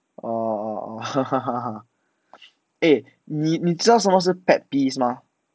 oh oh oh eh 你你知道什么是 pet peeves 吗